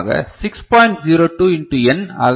02 into n ஆக இருக்கும்